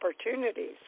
opportunities